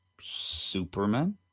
Superman